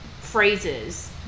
phrases